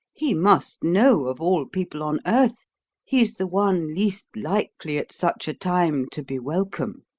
he must know of all people on earth he's the one least likely at such a time to be welcome.